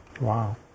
Wow